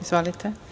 Izvolite.